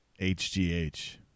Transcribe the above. HGH